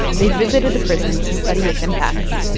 they visited the prison to study its impacts.